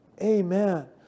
Amen